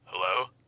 Hello